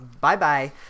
bye-bye